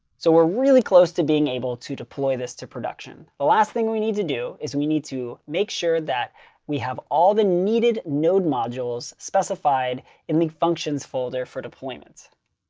so we're really close to being able to deploy this to production. the last thing we need to do is we need to make sure that we have all the needed node modules specified in the functions folder for deployment.